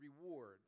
reward